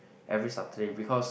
every Saturday because